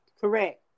Correct